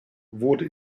wurde